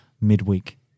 midweek